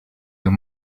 your